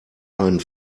einen